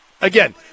again